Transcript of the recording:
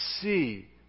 see